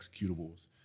executables